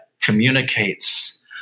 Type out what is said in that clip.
communicates